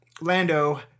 Lando